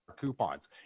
coupons